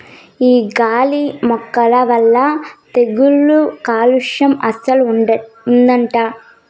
ఈ గాలి మొక్కల వల్ల తెగుళ్ళు కాలుస్యం అస్సలు ఉండదట